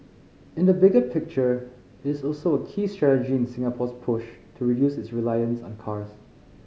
in the bigger picture it is also a key strategy in Singapore's push to reduce its reliance on cars